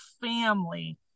family